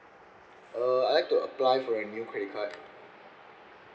uh I like to apply for a new credit card